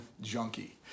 junkie